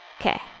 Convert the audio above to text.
Okay